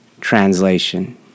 translation